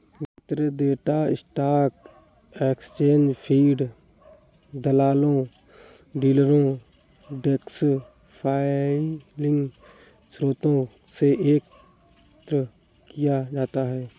वितरित data stock exchange feed, दलालों, dealer desk filing स्रोतों से एकत्र किया जाता है